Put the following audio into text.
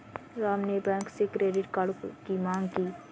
राम ने बैंक से credit card की माँग की